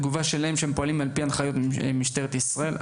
תגובתם היא שהם פועלים על פי הנחיות משטרת ישראל.